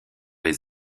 les